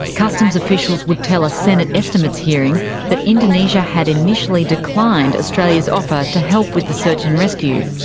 customs officials would tell a senate estimates hearing that indonesia had initially declined australia's offer to help with the search and rescue.